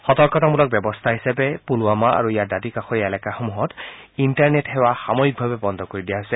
সতৰ্কতামলক ব্যৰস্থা হিচাপে পুলৱামা আৰু ইয়াৰ দাঁতি কাষৰীয়া এলেকাসমূহত ইণ্টাৰনেট সেৱা সাময়িকভাৱে বন্ধ কৰি দিয়া হৈছে